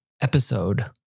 episode